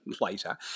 later